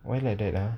why like that lah